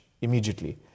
immediately